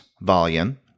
volume